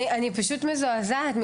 אני פשוט מזועזעת,